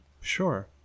Sure